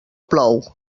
plou